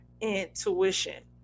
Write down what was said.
intuition